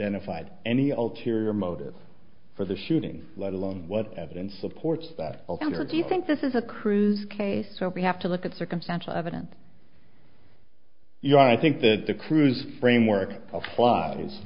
then if i had any ulterior motive for the shooting let alone what evidence supports that sound or do you think this is a cruise case so we have to look at circumstantial evidence you know i think that the cruise framework flies